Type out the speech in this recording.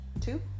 two